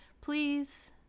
Please